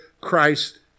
Christ